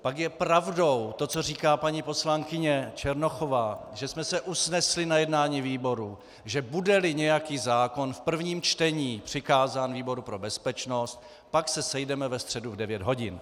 Pak je pravdou to, co říká paní poslankyně Černochová, že jsme se usnesli na jednání výboru, že budeli nějaký zákon v prvním čtení přikázán výboru pro bezpečnost, pak se sejdeme ve středu v devět hodin.